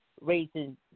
raising